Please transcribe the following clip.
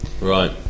Right